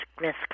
risk